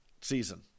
season